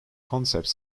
concepts